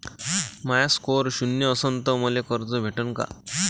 माया score शून्य असन तर मले कर्ज भेटन का?